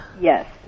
Yes